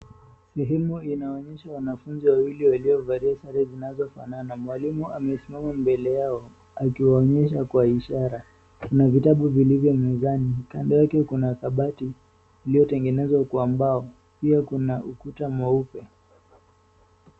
Sehemu inaonyesha wanafunzi wawili waliovalia sare zinazofanana. Mwalimu amesimama mbele yao akiwaonyesha kwa ishara. Kuna vitabu vilivyo mezani, kando yake kuna kabati iliyotengenezwa kwa mbao. Pia kuna ukuta mweupe.